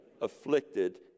afflicted